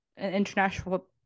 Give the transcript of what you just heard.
international